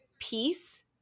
peace